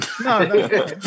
No